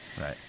Right